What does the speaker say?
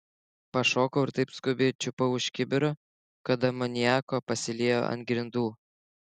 pašokau ir taip skubiai čiupau už kibiro kad amoniako pasiliejo ant grindų